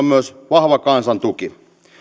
myös vahva kansan tuki